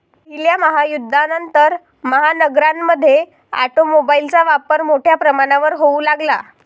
पहिल्या महायुद्धानंतर, महानगरांमध्ये ऑटोमोबाइलचा वापर मोठ्या प्रमाणावर होऊ लागला